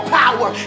power